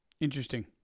interesting